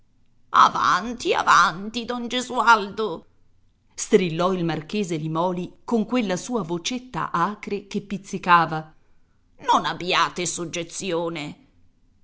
avanti avanti don gesualdo strillò il marchese limòli con quella sua vocetta acre che pizzicava non abbiate suggezione